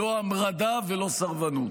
לא המרדה ולא סרבנות.